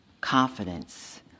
confidence